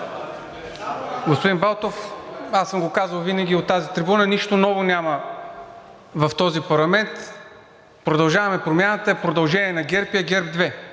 Господин Балтов, аз съм го казвал винаги от тази трибуна – нищо ново няма в този парламент. „Продължаваме Промяната“ е продължение на ГЕРБ и е ГЕРБ